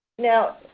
now,